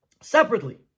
separately